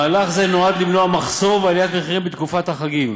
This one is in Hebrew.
מהלך זה נועד למנוע מחסור ועליית מחירים בתקופת החגים,